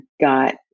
got